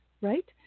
right